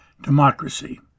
democracy